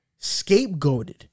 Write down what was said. scapegoated